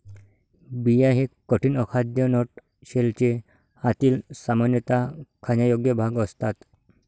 बिया हे कठीण, अखाद्य नट शेलचे आतील, सामान्यतः खाण्यायोग्य भाग असतात